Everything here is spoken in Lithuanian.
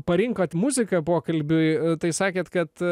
parinkot muziką pokalbiui tai sakėt kad